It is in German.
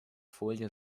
folie